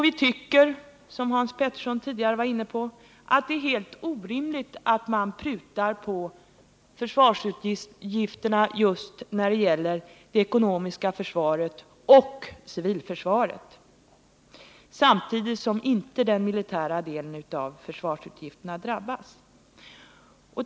Vi tycker, som Hans Petersson i Hallstahammar tidigare var inne på, att det är helt orimligt att man prutar på försvarsutgifterna just när det gäller det ekonomiska försvaret och civilförsvaret, samtidigt som den militära delen av försvarsutgifterna inte drabbas.